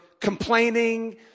complaining